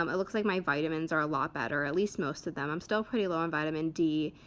um it looks like my vitamins are a lot better. at least most of them. i'm still pretty low on vitamin d,